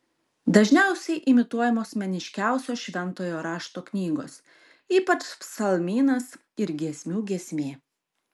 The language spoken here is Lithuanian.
dažniausiai imituojamos meniškiausios šventojo rašto knygos ypač psalmynas ir giesmių giesmė